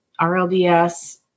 RLDS